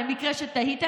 למקרה שתהיתם.